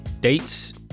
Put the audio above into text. dates